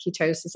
ketosis